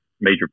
Major